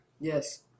Yes